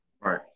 Right